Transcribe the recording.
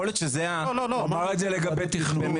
יכול להיות שזה --- הוא אמר את זה לגבי תכנון.